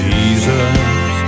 Jesus